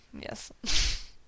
yes